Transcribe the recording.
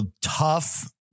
tough